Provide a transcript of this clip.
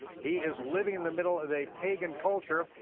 he is living in the middle of a pagan culture,